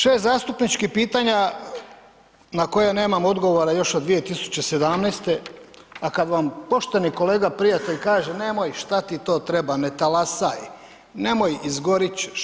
6 zastupničkih pitanja na koja nemam odgovora još od 2017., a kad vam pošteni kolega prijatelj kaže, nemoj ih, što ti to treba, ne talasaj, nemoj, izgorit ćeš.